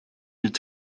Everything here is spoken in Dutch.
het